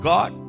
God